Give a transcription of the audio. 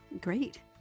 Great